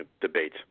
debate